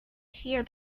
hear